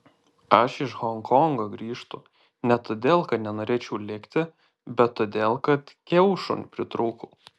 aš iš honkongo grįžtu ne todėl kad nenorėčiau likti bet todėl kad kiaušų pritrūkau